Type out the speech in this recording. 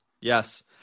Yes